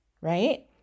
right